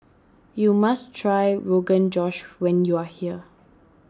you must try Rogan Josh when you are here